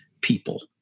people